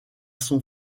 son